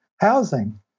housing